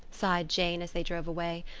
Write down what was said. sighed jane, as they drove away.